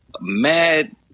mad